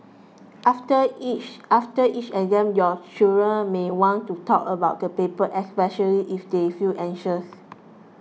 after each after each exam your children may want to talk about the paper especially if they feel anxious